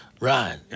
Right